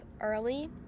early